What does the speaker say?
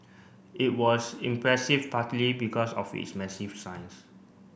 it was impressive partly because of its massive size